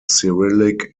cyrillic